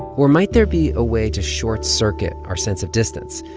or might there be a way to short circuit our sense of distance,